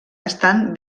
estan